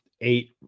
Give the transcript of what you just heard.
eight